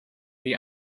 wie